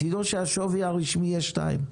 תדעו שהשווי הרשמי יהיה 2 מיליון,